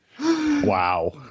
Wow